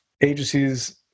agencies